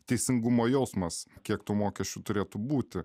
teisingumo jausmas kiek tų mokesčių turėtų būti